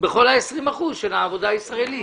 בכל ה-20 אחוזים של העבודה הישראלית.